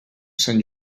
sant